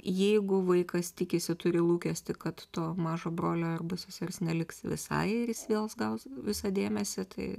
jeigu vaikas tikisi turi lūkestį kad to mažo brolio arba sesers neliks visai ir jis vėl gaus visą dėmesį tai